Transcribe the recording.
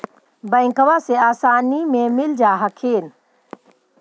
बैंकबा से आसानी मे मिल जा हखिन?